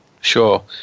Sure